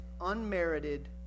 unmerited